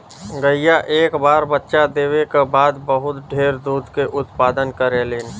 गईया एक बार बच्चा देवे क बाद बहुत ढेर दूध के उत्पदान करेलीन